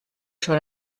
schon